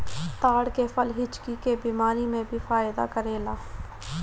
ताड़ के फल हिचकी के बेमारी में भी फायदा करेला